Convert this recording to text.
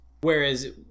whereas